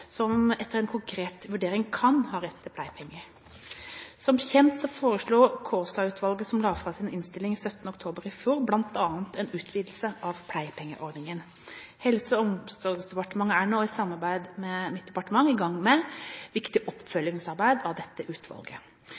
som etter en konkret vurdering kan gi rett til pleiepenger. Som kjent foreslo Kaasa-utvalget, som la fram sin innstilling 17. oktober i fjor, bl.a. en utvidelse av pleiepengeordningen. Helse- og omsorgsdepartementet er nå, i samarbeid med mitt departement, i gang med det viktige oppfølgingsarbeidet av